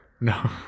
No